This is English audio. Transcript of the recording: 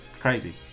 Crazy